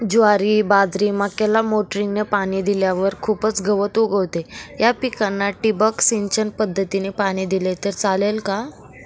ज्वारी, बाजरी, मक्याला मोटरीने पाणी दिल्यावर खूप गवत उगवते, या पिकांना ठिबक सिंचन पद्धतीने पाणी दिले तर चालेल का?